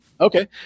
Okay